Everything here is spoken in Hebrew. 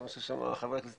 אבל חוסר